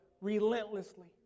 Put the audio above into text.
relentlessly